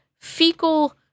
fecal